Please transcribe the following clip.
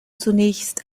zunächst